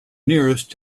nearest